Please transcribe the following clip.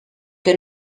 que